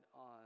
on